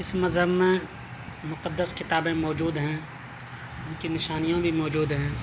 اس مذہب میں مقدس کتابیں موجود ہیں ان کی نشانیاں بھی موجود ہیں